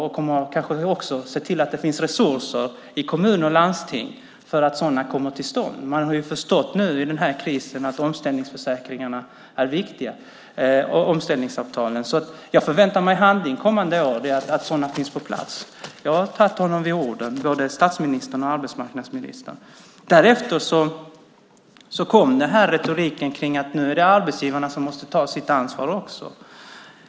De kommer kanske också att se till att det finns resurser i kommuner och landsting för att sådana ska komma till stånd. Man har förstått att omställningsavtalen är viktiga i den här krisen. Jag förväntar mig handling kommande år så att sådana kommer på plats. Jag har tagit både statsministern och arbetsmarknadsministern på orden. Sedan kom retoriken att nu måste arbetsgivarna också ta sitt ansvar.